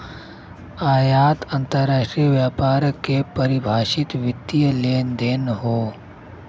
आयात अंतरराष्ट्रीय व्यापार के परिभाषित वित्तीय लेनदेन हौ